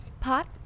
Pot